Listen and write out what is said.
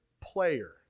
player